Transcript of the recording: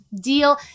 deal